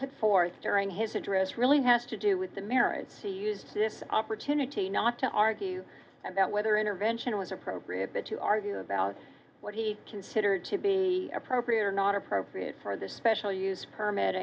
put forth during his address really has to do with the merits to use this opportunity not to argue about whether intervention was appropriate but to argue about what he considered to be appropriate or not appropriate for this special use permit